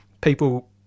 people